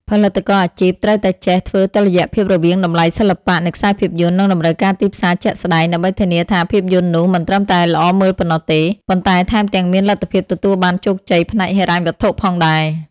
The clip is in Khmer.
ផលិតករអាជីពត្រូវតែចេះធ្វើតុល្យភាពរវាងតម្លៃសិល្បៈនៃខ្សែភាពយន្ត និងតម្រូវការទីផ្សារជាក់ស្ដែង ដើម្បីធានាថាភាពយន្តនោះមិនត្រឹមតែល្អមើលប៉ុណ្ណោះទេ ប៉ុន្តែថែមទាំងមានលទ្ធភាពទទួលបានជោគជ័យផ្នែកហិរញ្ញវត្ថុផងដែរ។